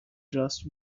just